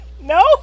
no